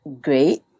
great